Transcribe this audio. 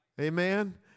Amen